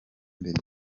imbere